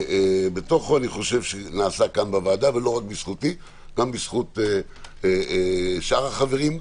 אני חושב שנעשה כאן בוועדה ולא רק בזכותי גם בזכות שאר החברים,